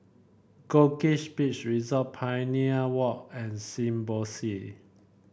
Goldkist Beach Resort Pioneer Walk and Symbiosis